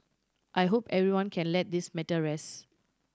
I hope everyone can let this matter rest